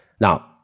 Now